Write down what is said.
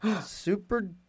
Super